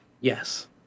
yes